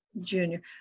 junior